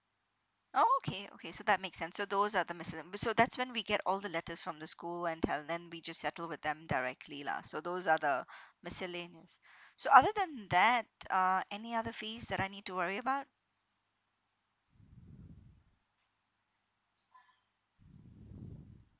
oh okay okay so that makes sense so those are the miscellan~ so that's when we get all the letters from the school and till then we just settle with them directly lah so those are the miscellaneous so other than that uh any other fees that I need to worry about